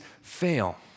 fail